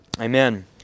Amen